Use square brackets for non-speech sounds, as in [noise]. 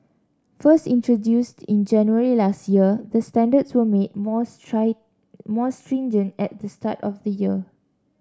first introduced in January last year the standards were made more [unintelligible] more stringent at the start of the year